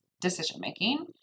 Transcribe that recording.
decision-making